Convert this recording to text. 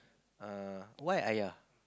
uh why